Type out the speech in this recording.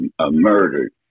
murdered